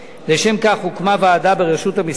לשם כך, הוקמה ועדה ברשות המסים,